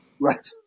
Right